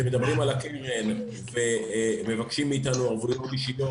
כשמדברים על הקרן ומבקשים מאתנו ערבויות אישיות